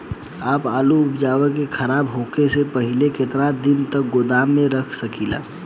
आपन आलू उपज के खराब होखे से पहिले केतन दिन तक गोदाम में रख सकिला?